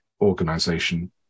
organization